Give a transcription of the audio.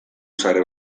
sare